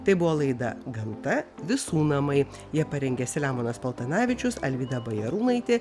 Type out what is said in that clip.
tai buvo laida gamta visų namai jie parengė selemonas paltanavičius alvyda bajarūnaitė